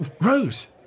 Rose